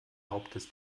hauptes